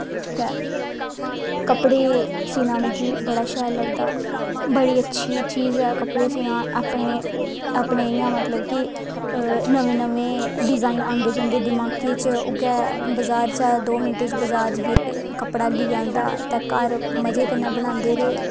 ठीक ऐ कपड़े सीना मिगी बड़ा शैल लगदा बड़ी अच्छी चीज ऐ कपड़े सीना अपने इ'यां मतलब कि नमें नमें डिज़ाइन आंदे जंदे दमाके च उ'ऐ बज़ार जाओ दो मिंटै च बज़ार जाइयै कपड़ा लेआआंदा ते घर मजे कन्नै बनांदे रेह्